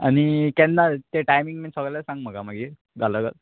आनी केन्ना तें टायमींग बीन सगलें सांग म्हाका मागीर घाल